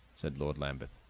said lord lambeth.